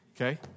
okay